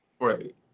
Right